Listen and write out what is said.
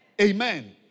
Amen